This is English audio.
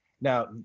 Now